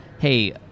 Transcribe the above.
hey